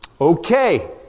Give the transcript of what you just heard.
Okay